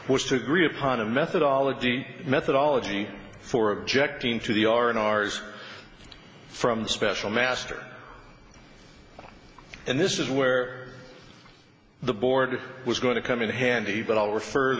was to agree upon a methodology methodology for objecting to the are in ours from the special master and this is where the board was going to come in handy but i'll refer